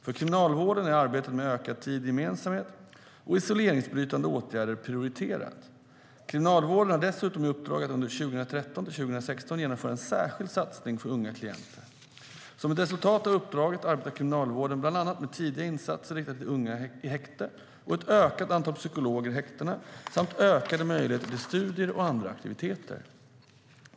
För Kriminalvården är arbetet med ökad tid i gemensamhet och isoleringsbrytande åtgärder prioriterat. Kriminalvården har dessutom i uppdrag att under 2013-2016 genomföra en särskild satsning för unga klienter. Som ett resultat av uppdraget arbetar Kriminalvården bland annat med tidiga insatser riktade till unga i häkte och ett ökat antal psykologer i häktena samt ökade möjligheter till studier och andra aktiviteter.